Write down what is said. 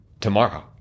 tomorrow